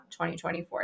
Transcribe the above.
2024